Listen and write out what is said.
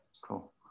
Cool